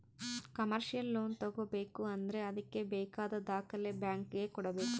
commercial loan ತಗೋಬೇಕು ಅಂದ್ರೆ ಅದ್ಕೆ ಬೇಕಾದ ದಾಖಲೆ ಬ್ಯಾಂಕ್ ಗೆ ಕೊಡ್ಬೇಕು